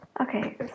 okay